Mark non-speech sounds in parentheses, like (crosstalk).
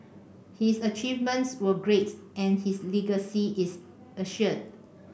his achievements were great and his (unintelligible) is assured